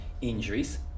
injuries